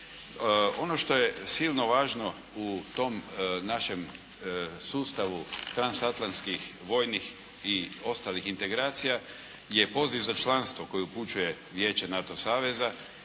Ono što je silno važno u tom našem sustavu transatlanskih vojnih i ostalih integracija je poziv za članstvo koji upućuje Vijeće NATO Saveza